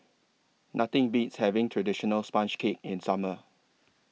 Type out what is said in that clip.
Nothing Beats having Traditional Sponge Cake in Summer